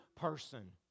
person